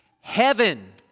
heaven